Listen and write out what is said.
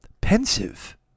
pensive